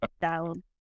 down